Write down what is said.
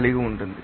కలిగి ఉంటుంది